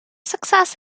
success